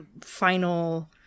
final